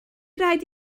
raid